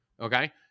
Okay